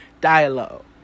Dialogue